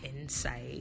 insight